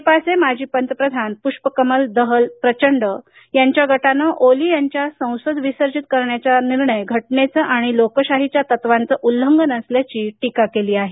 नेपाळचे माजी पंतप्रधान पृष्पकमल दहल प्रचंड यांच्या गटानं ओली यांच्या संसद विसर्जित करण्याचा निर्णय घटनेचा आणि लोकशाहीच्या यंत्रणेचं उल्लंघन असल्याची टीका केली आहे